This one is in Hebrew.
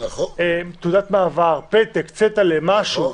תעודת מעבר, פתק, צטלה, משהו.